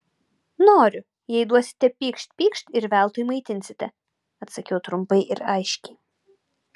noriu jei duosite pykšt pykšt ir veltui maitinsite atsakiau trumpai ir aiškiai